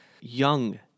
young